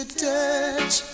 touch